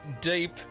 deep